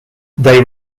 they